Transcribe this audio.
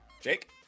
Jake